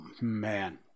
man